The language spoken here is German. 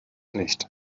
nicht